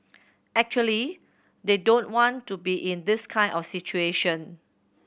actually they don't want to be in this kind of situation